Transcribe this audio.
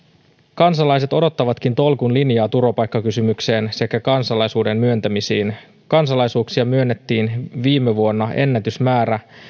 kansalaiset odottavatkin tolkun linjaa turvapaikkakysymykseen sekä kansalaisuuden myöntämisiin kansalaisuuksia myönnettiin viime vuonna ennätysmäärä